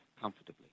comfortably